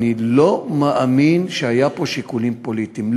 אני לא מאמין שהיו פה שיקולים פוליטיים.